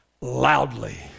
loudly